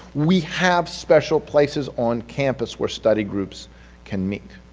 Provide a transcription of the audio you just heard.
we have special places on campus where study groups can meet.